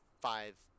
five